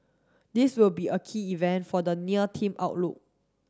this will be a key event for the near team outlook